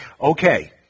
Okay